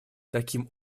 таким